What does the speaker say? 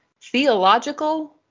theological